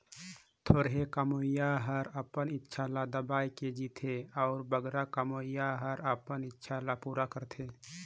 थोरहें कमोइया हर अपन इक्छा ल दबाए के जीथे अउ बगरा कमोइया हर अपन इक्छा ल पूरा करथे